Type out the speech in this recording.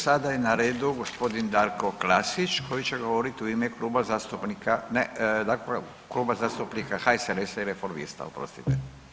Sada je na redu gospodin Darko Klasić koji će govoriti u ime kluba zastupnika, ne, dakle Kluba zastupnika HSLS-a i Reformista, oprostite.